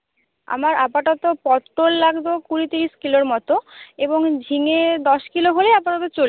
আমার আপাতত পটল লাগতো কুড়ি তিরিশ কিলোর মতো এবং ঝিঙে দশ কিলো হলে আপাতত চলবে